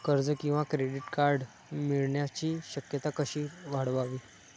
कर्ज किंवा credit card मिळण्याची शक्यता कशी वाढवावी?